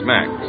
Max